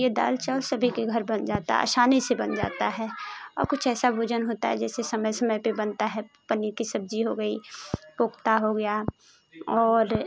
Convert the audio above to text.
यह दाल चावल सभी के घर बन जाता है आसानी से बन जाता है और कुछ ऐसा भोजन होता है जैसे समय समय पर बनता है पनीर कि सब्जी हो गई कोफ़्ता हो गया और